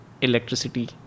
electricity